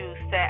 set